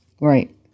Right